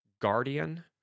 Guardian